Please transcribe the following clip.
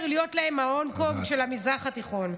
להם להיות ההונג-קונג של המזרח התיכון,